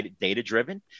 data-driven